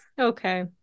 Okay